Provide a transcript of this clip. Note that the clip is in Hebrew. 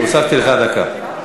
הוספתי לך דקה.